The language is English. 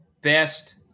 best